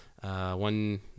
one